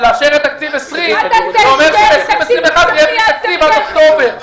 ולאשר את תקציב 2020 פירושו שלא יהיה תקציב ל-2021 עד אוקטובר.